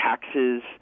taxes